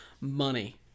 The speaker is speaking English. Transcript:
money